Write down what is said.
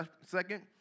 second